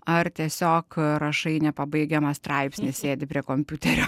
ar tiesiog rašai nepabaigiamą straipsn sėdi prie kompiuterio